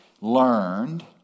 learned